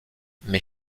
mais